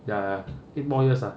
ya ya eight more years ah